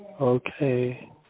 Okay